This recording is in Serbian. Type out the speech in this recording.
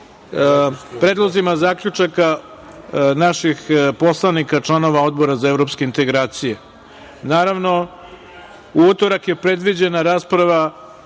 predlozima zaključaka naših poslanika, članova Odbora za evropske integracije. Naravno, u utorak je predviđena rasprava